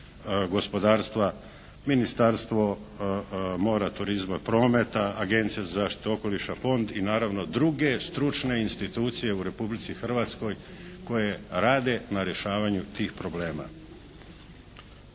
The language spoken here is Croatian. gospodarstva, Ministarstvo mora, turizma, prometa, Agencija za zaštitu okoliša, fond i naravno druge stručne institucije u Republici Hrvatskoj koje rade na rješavanju tih problema.